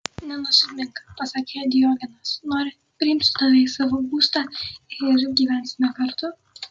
nenusimink pasakė diogenas nori priimsiu tave į savo būstą ir gyvensime kartu